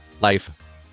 life